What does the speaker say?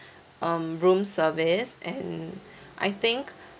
um room service and I think